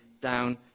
down